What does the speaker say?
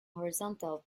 horizontal